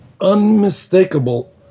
Unmistakable